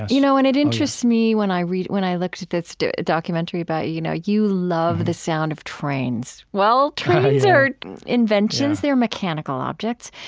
you know and it interests me when i read when i looked at this documentary about you know you love the sound of trains. well, trains are inventions. they're mechanical objects.